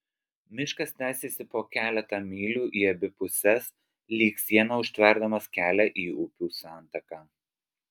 miškas tęsėsi po keletą mylių į abi puses lyg siena užtverdamas kelią į upių santaką